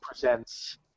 presents